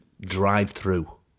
drive-through